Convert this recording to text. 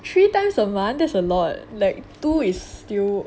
three times a month that's a lot like two is still